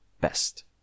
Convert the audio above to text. best